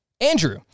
Andrew